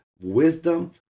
wisdom